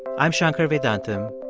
i'm shankar vedantam,